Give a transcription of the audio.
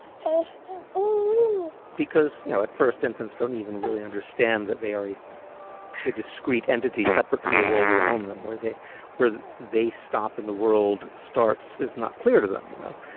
because, you know, at first, infants don't even really understand that they are a discrete entity separate from the world around them, where they where they stop and the world starts is not clear to them. you know,